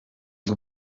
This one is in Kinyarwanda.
ati